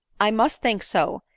i must think so,